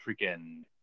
freaking